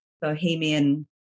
bohemian